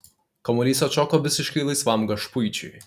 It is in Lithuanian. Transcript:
kamuolys atšoko visiškai laisvam gašpuičiui